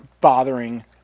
bothering